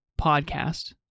Podcast